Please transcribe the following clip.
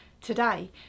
today